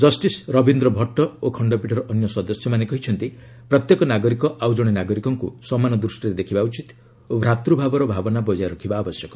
justice Rabindra Bhatt ଓ ଖଣ୍ଡପୀଠର ଅନ୍ୟ ସଦସ୍ୟମାନେ କହିଛନ୍ତି ପ୍ରତ୍ୟେକ ନାଗରିକ ଆଉ ଜଣେ ନାଗରିକଙ୍କୁ ସମାନ ଦୃଷ୍ଟିରେ ଦେଖିବା ଉଚିତ ଓ ଭ୍ରାତୂଭାବର ଭାବନା ବଜାୟ ରଖିବା ଆବଶ୍ୟକ